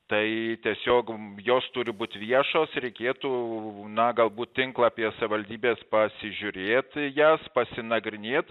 tai tiesiog jos turi būt viešos reikėtų na galbūt tinklapyje savivaldybės pasižiūrėt į jas pasinagrinėt